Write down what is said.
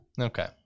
Okay